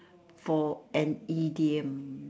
for an idiom